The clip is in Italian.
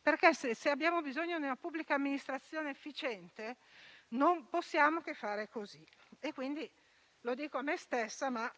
perché, se abbiamo bisogno di una pubblica amministrazione efficiente, non possiamo che fare così. Lo dico a me stessa, ma